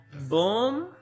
Boom